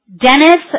Dennis